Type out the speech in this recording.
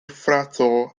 frato